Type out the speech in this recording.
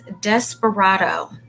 Desperado